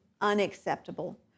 unacceptable